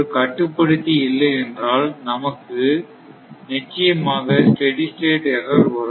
ஒரு கட்டுப்படுத்தி இல்லை என்றால் நமக்கு நிச்சயமாக ஸ்டெடி ஸ்டேட் எர்ரர் வரும்